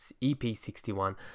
EP61